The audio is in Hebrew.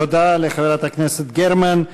תודה לחברת הכנסת גרמן.